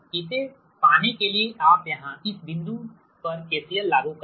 इसे पाने के लिए आप यहां इस बिंदु पर KCL लागू करें